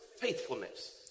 faithfulness